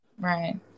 Right